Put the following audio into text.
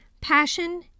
passion